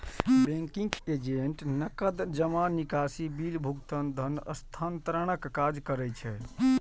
banking agent नकद जमा, निकासी, बिल भुगतान, धन हस्तांतरणक काज करै छै